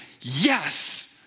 yes